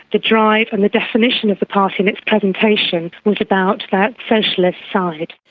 the drive and the definition of the party and its presentation was about that socialist side.